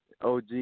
OG